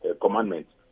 commandments